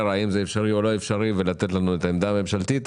האם זה אפשרי או לא אפשרי ולתת לנו את העמדה הממשלתית.